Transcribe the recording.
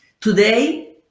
today